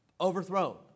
Overthrown